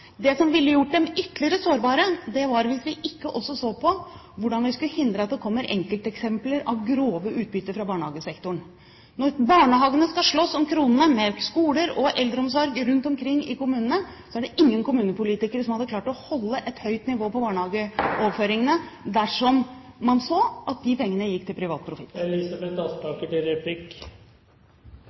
Det som ville gjort dem ytterligere sårbare, var hvis vi ikke også så på hvordan vi skulle hindre at det kommer enkelteksempler på grovt utbytte fra barnehagesektoren. Når barnehagene skal slåss med skoler og eldreomsorg rundt omkring i kommunene om kronene, er det ingen kommunepolitikere som ville klart å holde et høyt nivå på barnehageoverføringene dersom man så at disse pengene gikk til privat profitt.